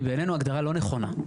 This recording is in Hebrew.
היא בעינינו הגדרה לא נכונה.